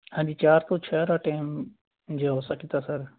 ਹਾਂਜੀ ਚਾਰ ਤੋਂ ਛੇ ਦਾ ਟਾਈਮ ਜੇ ਹੋ ਸਕੇ ਤਾਂ ਸਰ